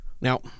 Now